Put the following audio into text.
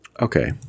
Okay